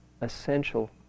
essential